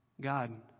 God